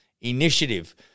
initiative